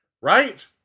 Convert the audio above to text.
Right